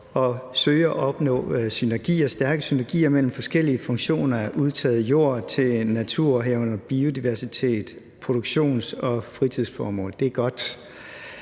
og søge at opnå stærke synergier mellem forskellige funktioner af udtaget jord til natur, herunder biodiversitet, produktions- og fritidsformål. Det er godt.